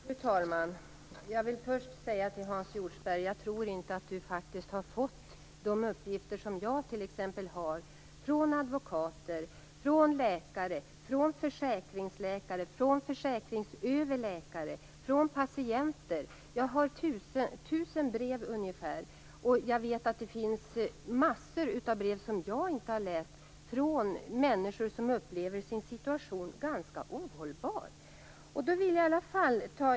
Fru talman! Jag vill först till Hans Hjortzberg Nordlund säga att jag inte tror att han har fått de uppgifter som jag t.ex. har fått från advokater, läkare, försäkringsläkare, försäkringsöverläkare och patienter. Jag har ungefär 1 000 brev, och jag vet att det finns mängder av brev som jag inte har läst från människor som upplever sin situation som ganska ohållbar.